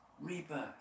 Rebirth